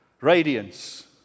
radiance